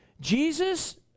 Jesus